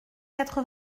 quatre